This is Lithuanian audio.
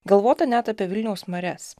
galvota net apie vilniaus marias